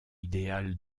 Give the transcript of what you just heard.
idéal